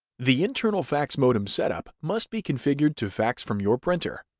the internal fax modem setup must be configured to fax from your printer.